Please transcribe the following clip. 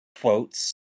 quotes